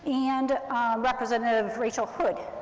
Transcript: and representative rachel hood,